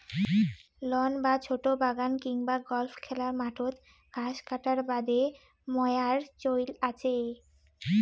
loan বা ছোট বাগান কিংবা গল্ফ খেলার মাঠত ঘাস কাটার বাদে মোয়ার চইল আচে